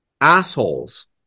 assholes